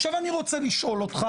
עכשיו אני רוצה לשאול אותך,